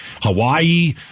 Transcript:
Hawaii